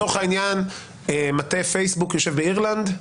לצורך העניין מטה פייסבוק יושב באירלנד?